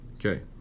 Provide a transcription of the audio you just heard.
Okay